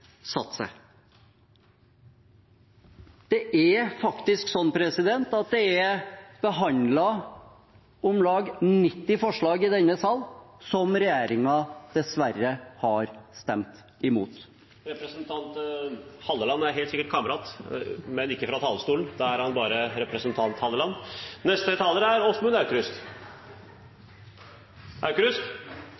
Det er faktisk behandlet om lag 90 forslag i denne sal som regjeringen dessverre har stemt imot. Representanten Halleland er helt sikkert kamerat, men ikke fra talerstolen – da er han bare representant Halleland.